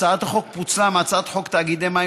הצעת החוק פוצלה מהצעת חוק תאגידי מים